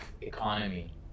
economy